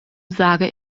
sage